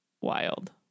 Wild